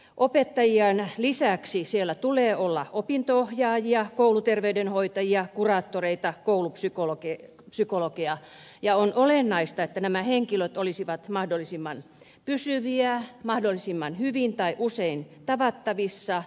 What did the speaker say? opettajien lisäksi siellä tulee olla opinto ohjaajia kouluterveydenhoitajia kuraattoreita koulupsykologeja ja on olennaista että nämä henkilöt olisivat mahdollisimman pysyviä mahdollisimman hyvin tai usein tavattavissa